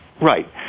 Right